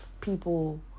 people